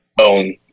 own